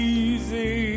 easy